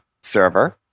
server